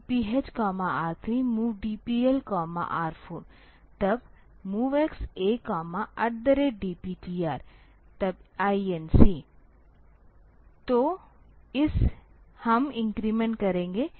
तो MOV DPHR3MOV DPLR4 तब MOVX A DPTR तब INC तो हम इन्क्रीमेंट करेंगे